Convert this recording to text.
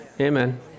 Amen